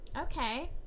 Okay